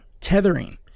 Tethering